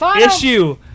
Issue